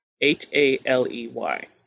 H-A-L-E-Y